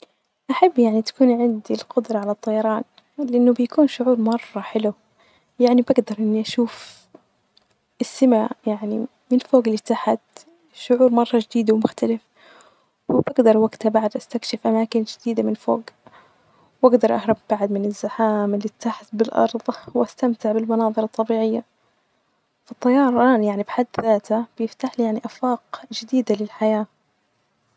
أحب يعني تكون عندي القدرة على الطيران ،لإنه بيكون شعور مره حلو يعني، بقدر إني شوف السما يعني من فوق لتحت، شعور مرة جديد ومختلف وبقدر وقته بعد أستكشف أماكن جديده من فوق ،وأجدر أهرب بعد من الزحام اللي تحت بالأرض وأستمتع بالمناظر الطبيعية ،الطيران يعني بحد ذاته بيفتحلي يعني آفاق جديدة للحياة.